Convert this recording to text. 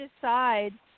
decide